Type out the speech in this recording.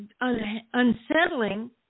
unsettling